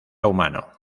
humano